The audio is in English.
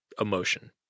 emotion